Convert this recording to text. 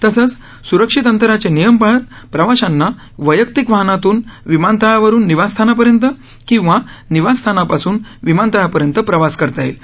तसंच स्रक्षित अंतराचे नियम पाळत प्रवाशांना वैयक्तिक वाहनातून विमानतळावरुन निवासस्थानापर्यंत किंवा निवासस्थानापासून विमानतळापर्यंत प्रवास करता येईल